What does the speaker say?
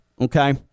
okay